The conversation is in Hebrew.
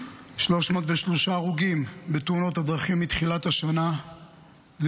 303 הרוגים בתאונות הדרכים מתחילת השנה זה